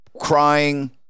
crying